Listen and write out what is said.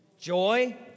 joy